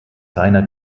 reiner